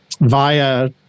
via